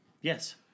Yes